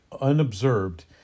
unobserved